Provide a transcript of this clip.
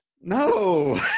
No